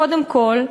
קודם כול,